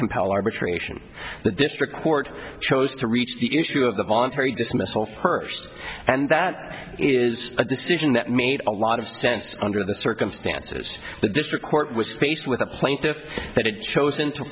compel arbitration the district court chose to reach the issue of the voluntary dismissal perched and that is a decision that made a lot of sense under the circumstances the district court was faced with a plaintiff that had chosen to